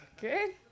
good